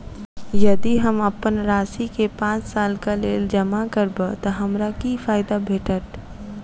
यदि हम अप्पन राशि केँ पांच सालक लेल जमा करब तऽ हमरा की फायदा भेटत?